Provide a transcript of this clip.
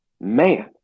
man